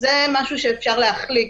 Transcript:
שזה משהו שאפשר להחליק,